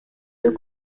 deux